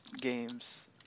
games